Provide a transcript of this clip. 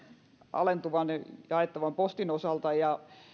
alentuvan jaettavan postin osalta ja